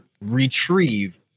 retrieve